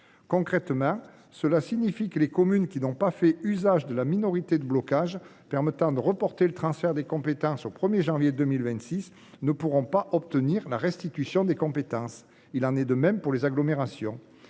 Concrètement, les communes qui n’ont pas fait usage de leur minorité de blocage pour reporter le transfert des compétences au 1 janvier 2026 ne pourront pas obtenir la restitution des compétences. Il en va de même pour les agglomérations.